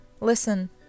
Listen